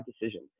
decision